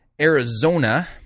Arizona